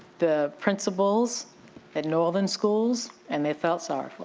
the principals at northern schools and they felt sorry for